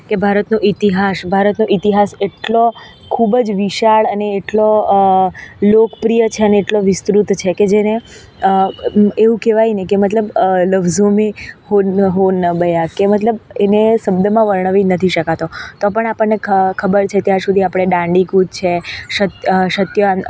કે ભારતનો ઇતિહાસ ભારતનો ઇતિહાસ એટલો ખૂબ જ વિશાળ અને એટલો લોકપ્રિય છેને એટલો વિસ્તૃત છે કે જેને એવું કહેવાયને કે મતલબ લફ્ઝો મેં હો ન હો બયા કે મતલબ એને શબ્દમાં વર્ણવી જ નથી શકાતો તો પણ આપણને ખ ખબર છે ત્યાં સુધી આપણે દાંડીકૂચ છે શ સત્યાન